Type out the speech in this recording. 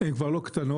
הן כבר לא קטנות.